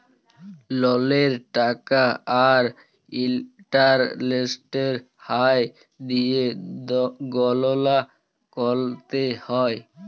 ললের টাকা আর ইলটারেস্টের হার দিঁয়ে গললা ক্যরতে হ্যয়